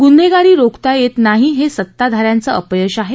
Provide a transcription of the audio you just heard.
गून्हेगारी रोखता येत नाही सत्ताधान्यांचं अपयश आहे